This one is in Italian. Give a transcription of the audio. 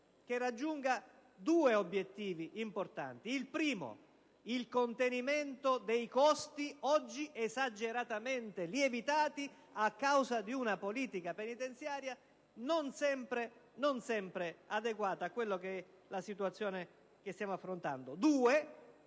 che raggiunga due obiettivi importanti. Il primo è il contenimento dei costi, oggi esageratamente lievitati a causa di una politica penitenziaria non sempre adeguata alla situazione che stiamo affrontando; il